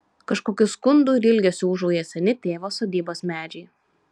kažkokiu skundu ir ilgesiu ūžauja seni tėvo sodybos medžiai